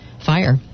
fire